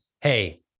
Hey